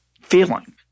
feeling